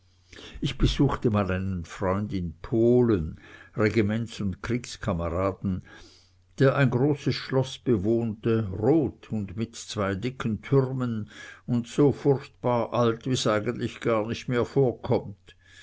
ich besuchte mal einen freund in polen regiments und kriegskameraden der ein großes schloß bewohnte rot und mit zwei dicken türmen und so furchtbar alt wie's eigentlich gar nicht mehr vorkommt